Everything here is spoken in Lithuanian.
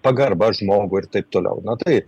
pagarba žmogui ir taip toliau na tai